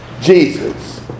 Jesus